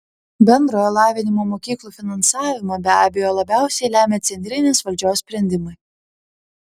bendrojo lavinimo mokyklų finansavimą be abejo labiausiai lemia centrinės valdžios sprendimai